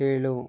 ಏಳು